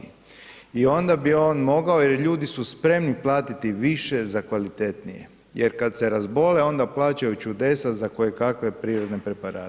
I onda bi on mogao, jer ljudi su spremni platiti više za kvalitetnije, jer kad se razbole onda plaćaju čudesa za kojekakve prirodne preparate.